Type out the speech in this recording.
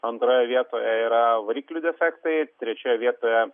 antroje vietoje yra variklių defektai trečioje vietoje